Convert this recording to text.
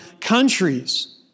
countries